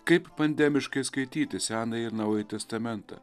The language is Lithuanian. kaip pandemiškai skaityti senąjį ir naująjį testamentą